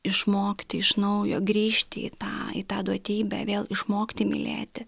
išmokti iš naujo grįžti į tą į tą duotybę vėl išmokti mylėti